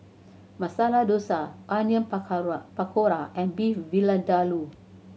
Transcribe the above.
Masala Dosa Onion Pakora and Beef Vindaloo